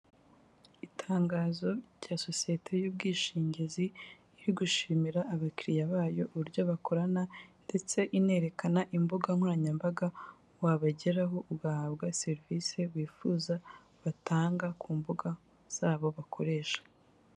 Itangazo rya sosiyete y'ubwishingizi iri gushimira abakiriya bayo uburyo bakorana ndetse inerekana imbuga nkoranyambaga wabageraho ugahabwa serivisi wifuza batanga ku mbuga zabo bakoresha.